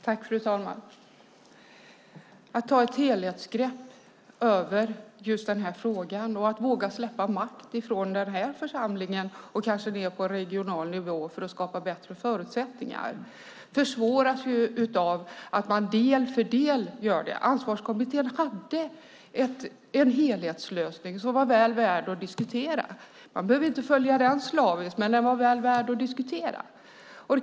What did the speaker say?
Fru talman! Att ta ett helhetsgrepp på denna fråga och våga släppa makt från den här församlingen och kanske ned på regional nivå för att skapa bättre förutsättningar försvåras av att man gör det del för del. Ansvarskommittén hade en helhetslösning som var väl värd att diskutera. Man behöver inte följa den slaviskt, men den var väl värd att diskutera.